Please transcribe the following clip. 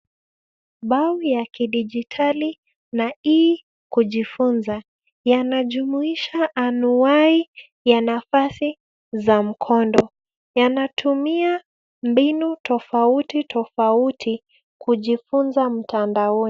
Bau ya kidijitali na e-kujifunza yanajumuisha anwai ya nafasi za mkondo. Yanatumia mbinu tofauti tofauti kujifunza mtandaoni.